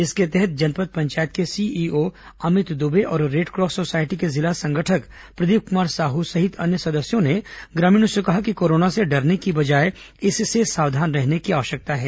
इसके तहत जनपद पंचायत के सीईओ अमित दुबे और रेडक्रॉस सोसायटी के जिला संगठक प्रदीप कुमार साहू सहित अन्य सदस्यों ने ग्रामीणों से कहा कि कोरोना से डरने की बजाय इससे सावधान रहने की जरूरत है